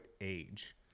age